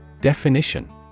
Definition